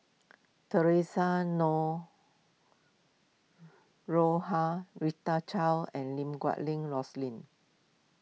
theresa Noronha Rita Chao and Lim Guat Rosling